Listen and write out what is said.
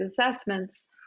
assessments